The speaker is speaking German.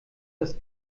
das